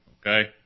okay